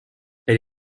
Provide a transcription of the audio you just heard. elle